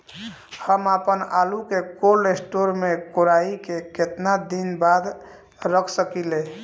हम आपनआलू के कोल्ड स्टोरेज में कोराई के केतना दिन बाद रख साकिले?